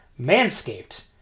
Manscaped